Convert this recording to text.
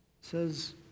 says